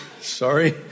sorry